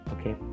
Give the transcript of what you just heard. Okay